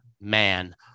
man